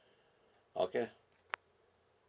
okay